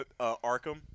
Arkham